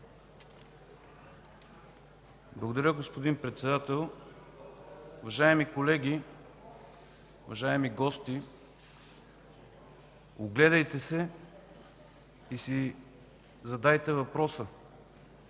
Благодаря, господин Председател. Уважаеми колеги, уважаеми гости! Огледайте се и си задайте въпроса